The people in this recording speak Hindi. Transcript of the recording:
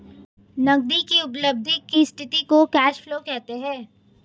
नगदी की उपलब्धि की स्थिति को कैश फ्लो कहते हैं